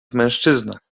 mężczyznach